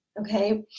okay